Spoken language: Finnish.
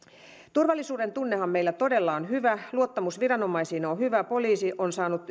turvallisuuden tunnehan meillä todella on hyvä luottamus viranomaisiin on hyvä poliisi on saanut